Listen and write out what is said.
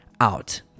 out